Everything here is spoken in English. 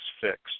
fixed